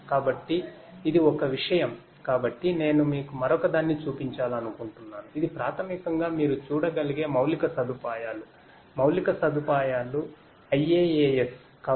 కాబట్టి ఇది ఒక విషయం కాబట్టి నేను మీకు మరొకదాన్ని చూపించాలనుకుంటున్నాను ఇది ప్రాథమికంగా మీరు చూడగలిగే మౌలిక సదుపాయాలుమౌలిక సదుపాయాలు IaaS